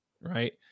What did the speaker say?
right